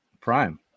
prime